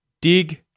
Dig